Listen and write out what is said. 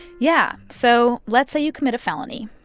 yeah. so let's say you commit a felony.